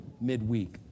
midweek